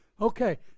Okay